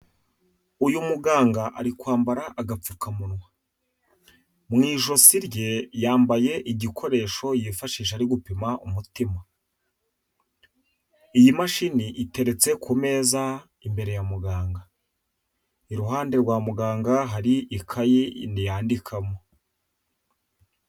Uyu muganga ari kwambara agapfukamunwa, mu ijosi rye yambaye igikoresho yifashisha ari gupima umutima. Iyi mashini iteretse ku meza imbere ya muganga, iruhande rwa muganga hari ikayi yandikamo.